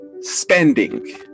spending